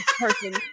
person